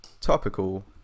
topical